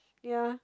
ya